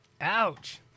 Ouch